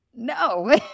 No